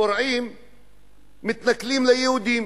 כאשר פורעים התנכלו ליהודים